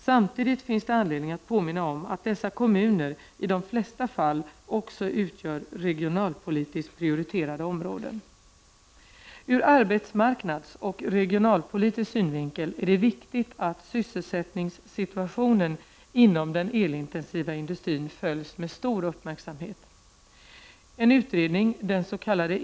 Samtidigt finns det anledning att påminna om att dessa kommuner i de flesta fall också utgör regionalpolitiskt prioriterade områden. Ur arbetsmarknadsoch regionalpolitisk synvinkel är det viktigt att sysselsättningssituationen inom den elintensiva industrin följs med stor uppmärksamhet. En utredning, den s.k.